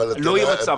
לא יהיה מצב,